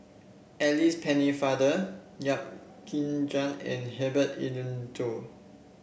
Alice Pennefather Yap Ee Chian and Herbert Eleuterio